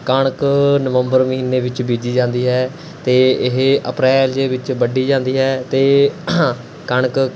ਕਣਕ ਨਵੰਬਰ ਮਹੀਨੇ ਵਿੱਚ ਬੀਜੀ ਜਾਂਦੀ ਹੈ ਅਤੇ ਇਹ ਅਪ੍ਰੈਲ ਦੇ ਵਿੱਚ ਵੱਢੀ ਜਾਂਦੀ ਹੈ ਅਤੇ ਕਣਕ